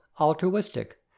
altruistic